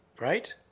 Right